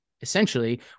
Essentially